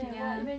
ya